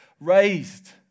raised